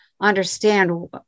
understand